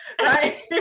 right